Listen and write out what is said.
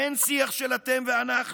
אין שיח של "אתם" ו"אנחנו".